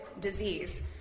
disease